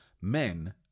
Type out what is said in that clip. Men